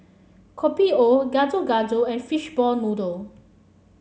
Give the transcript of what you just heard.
Kopi O Gado Gado and Fishball Noodle